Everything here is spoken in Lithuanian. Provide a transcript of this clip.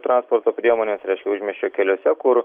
transporto priemonės užmiesčio keliuose kur